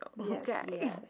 okay